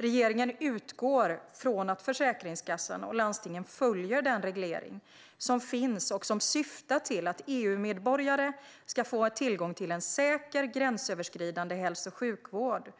Regeringen utgår från att Försäkringskassan och landstingen följer den reglering som finns, som syftar till att EU-medborgare ska få tillgång till en säker, gränsöverskridande hälso och sjukvård.